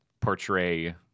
portray